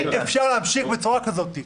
אי אפשר להמשיך בצורה כזאת.